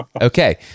Okay